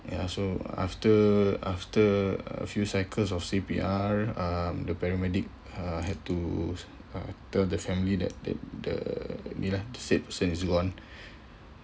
ya so after after a few cycles of C_P_R um the paramedic uh had to uh tell the family that that the ya the said person is gone